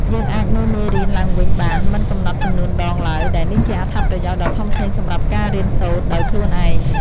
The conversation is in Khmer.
យើងអាចមើលមេរៀនឡើងវិញបានមិនកំណត់ចំនួនដងឡើយដែលនេះជាអត្ថប្រយោជន៍ដ៏ធំធេងសម្រាប់ការរៀនសូត្រដោយខ្លួនឯង។